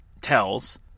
tells